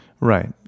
Right